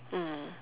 mm